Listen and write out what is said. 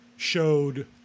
showed